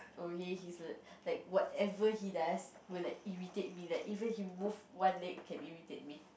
okay he's like whatever he does will like irritate me like even he move one leg can irritate me